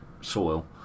soil